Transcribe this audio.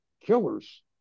killers